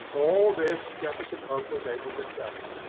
all this jefferson hope was able to tell him,